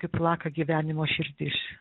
kaip plaka gyvenimo širdis